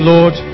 Lord